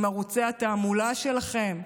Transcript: עם ערוצי התעמולה שלהם,